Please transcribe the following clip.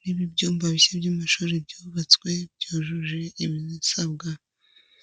niba ibyumba bishya by'amashuri byubatswe byujuje ibisabwa.